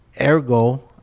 ergo